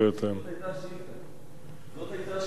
זאת היתה השאילתא, זאת היתה השאילתא.